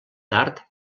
tard